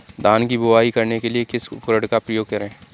धान की बुवाई करने के लिए किस उपकरण का उपयोग करें?